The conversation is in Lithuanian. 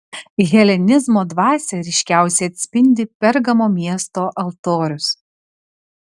helenizmo dvasią ryškiausiai atspindi pergamo miesto altorius